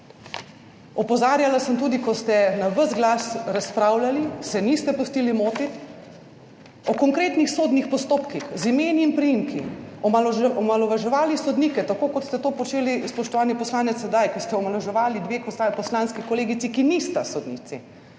Opozarjala sem tudi, ko ste na ves glas razpravljali, se niste pustili motiti o konkretnih sodnih postopkih z imeni in priimki, omalovaževali sodnike, tako kot ste to počeli, spoštovani poslanec, sedaj, ko ste omalovaževali dve poslanski kolegici, ki nista sodnici,